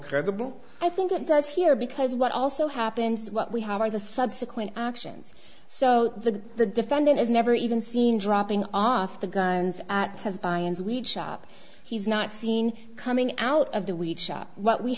credible i think it does here because what also happens what we have are the subsequent actions so the the defendant is never even seen dropping off the guns has by as we chop he's not seen coming out of the we've shot what we